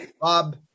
Bob